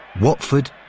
Watford